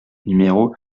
numéro